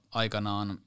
aikanaan